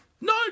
No